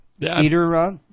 Peter